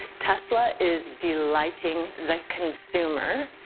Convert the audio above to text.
tesla is delighting the consumer.